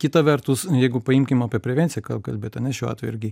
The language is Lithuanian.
kita vertus jeigu paimkim apie prevenciją ką jau kalbėt šiuo atveju irgi